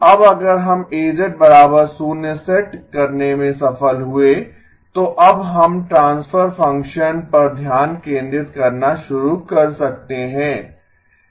अब अगर हम A 0 सेट करने में सफल हुए तो अब हम ट्रांसफर फंक्शन पर ध्यान केंद्रित करना शुरू कर सकते हैं